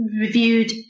reviewed